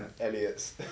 Elliot's